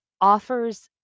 offers